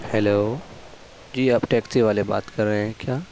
hello جی آپ taxi والے بات کر رہے ہیں کیا